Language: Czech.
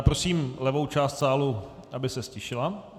Prosím levou část sálu, aby se ztišila.